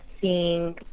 seeing